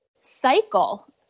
cycle